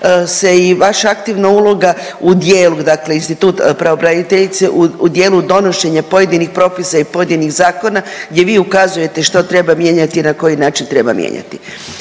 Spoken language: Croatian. se i vaša aktivna uloga u dijelu dakle institut pravobraniteljice u dijelu donošenja pojedinih propisa i pojedinih zakona gdje vi ukazujete što treba mijenjati i na koji način treba mijenjati.